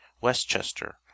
westchester